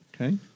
Okay